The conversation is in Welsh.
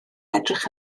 edrych